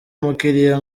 umukiliya